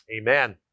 amen